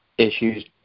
issues